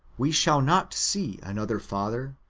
we shall not see another father,